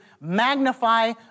magnify